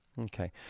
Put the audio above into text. Okay